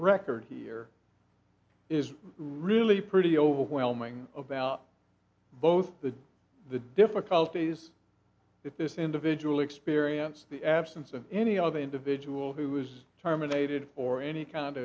record here is really pretty overwhelming about both the the difficulties if this individual experience the absence of any other individual who was terminated or any kind